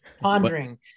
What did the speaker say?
pondering